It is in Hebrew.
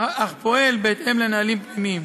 אך פועל בהתאם לנהלים פנימיים.